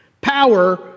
power